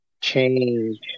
change